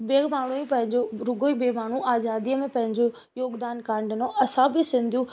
ॿिए माण्हू ई पंहिंजो रुगो ई ॿिए माण्हू आज़ादीअ में पंहिंजो योगदान कान ॾिनो असां बि सिंधू